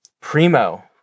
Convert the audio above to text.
Primo